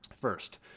first